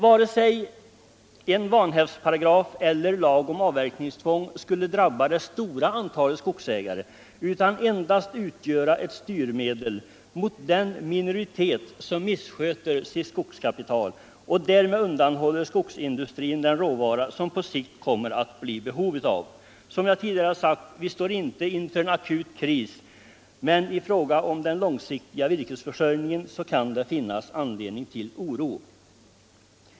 Varken en vanhävdsparagraf eller en lag om avverkningstvång skulle drabba det stora antalet skogsägare utan endast utgöra ett styrmedel mot den minoritet som missköter sitt skogskapital och därmed undanhåller skogsindustrin den råvara som det på sikt kommer att bli behov av. Som jag tidigare sagt: Vi står inte inför en akut kris, men i fråga om den långsiktiga virkesförsörjningen kan det finnas anledning till oro.